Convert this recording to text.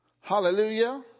Hallelujah